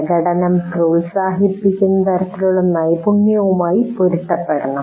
പ്രകടനം പ്രോത്സാഹിപ്പിക്കുന്ന തരത്തിലുള്ള നൈപുണ്യവുമായി പൊരുത്തപ്പെടണം